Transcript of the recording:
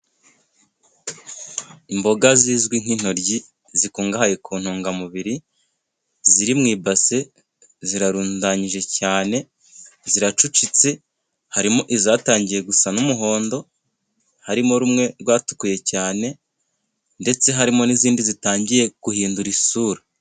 Imboga zizwi nk'intoryi zikungahaye ku ntungamubiri, ziri mu ibase zirarundanyije cyane, ziracucitse, harimo izatangiye gusa n'umuhondo, harimo rumwe rwatukuye cyane, ndetse harimo n'izindi zitangiye guhindura isura.